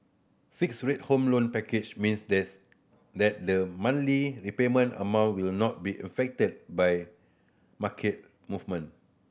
fixed rate Home Loan packages means this that the monthly repayment amount will not be affected by market movement